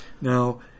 Now